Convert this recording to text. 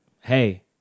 hey